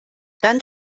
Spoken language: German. dann